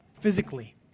physically